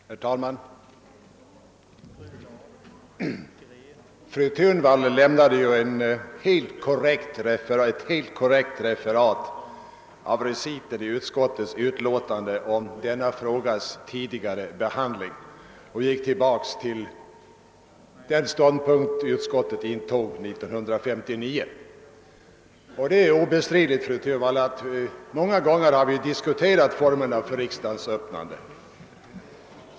Herr talman! Fru Thunvall lämnade ett helt korrekt referat av reciten i utskottets utlåtande om denna frågas tidigare behandling. Hon gick tillbaka till den ståndpunkt som utskottet intog 1959. Det är obestridligt, fru Thunvall, att vi många gånger har diskuterat formerna för riksdagens öppnande.